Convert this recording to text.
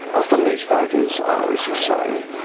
often these voters are, as you say,